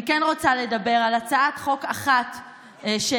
אני כן רוצה לדבר על הצעת חוק אחת שהגשתי,